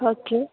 okay